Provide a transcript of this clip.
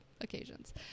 occasions